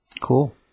Cool